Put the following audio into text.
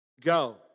Go